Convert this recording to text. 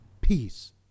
Peace